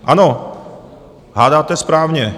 Ano, hádáte správně.